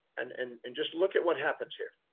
and and, and just look at what happens here.